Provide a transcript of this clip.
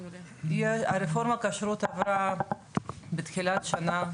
רפורמת הכשרות עברה בתחילת השנה,